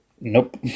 Nope